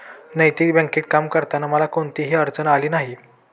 नैतिक बँकेत काम करताना मला कोणतीही अडचण आली नाही